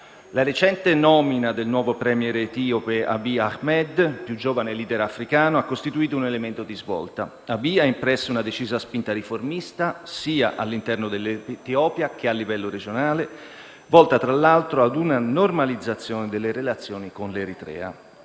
La recente nomina del nuovo *premier* etiope Abiy Ahmed, il più giovane *leader* africano, ha costituito un elemento di svolta. Abiy ha impresso una decisa spinta riformista, sia all'interno dell'Etiopia sia a livello regionale, volta tra l'altro ad una normalizzazione delle relazioni con l'Eritrea.